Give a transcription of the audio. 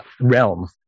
realm